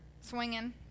swinging